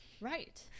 Right